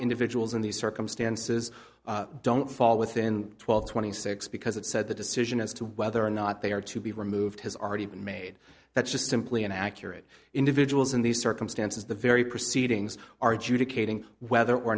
individuals in these circumstances don't fall within twelve twenty six because it said the decision as to whether or not they are to be removed has already been made that's just simply inaccurate individuals in these circumstances the very proceedings are educating whether or